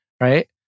right